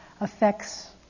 affects